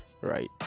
Right